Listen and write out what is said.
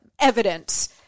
evidence